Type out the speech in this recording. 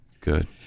Good